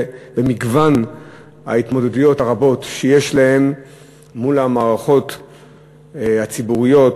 לגבי מגוון ההתמודדויות הרבות שיש להם מול המערכות הציבוריות,